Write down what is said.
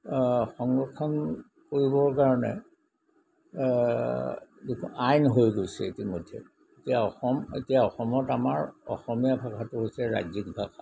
সংৰক্ষণ কৰিবৰ কাৰণে যি আইন হৈ গৈছে ইতিমধ্যে এতিয়া অসম এতিয়া অসমত আমাৰ অসমীয়া ভাষাটো হৈছে ৰাজ্যিক ভাষা